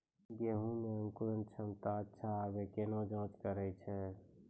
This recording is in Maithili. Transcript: गेहूँ मे अंकुरन क्षमता अच्छा आबे केना जाँच करैय छै?